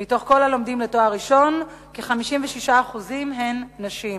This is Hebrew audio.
מכל הלומדים לתואר ראשון, כ-56% הם נשים,